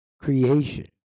creation